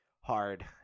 hard